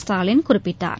ஸ்டாலின் குறிப்பிட்டார்